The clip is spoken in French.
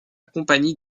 compagnie